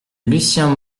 lucien